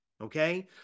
Okay